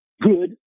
good